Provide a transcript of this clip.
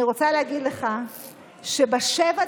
אני רוצה להגיד לך שבשבע